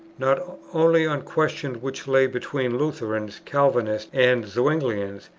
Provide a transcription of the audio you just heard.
not only on questions which lay between lutherans, calvinists, and zuinglians,